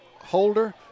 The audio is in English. Holder